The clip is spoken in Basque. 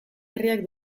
herriak